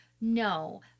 No